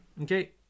okay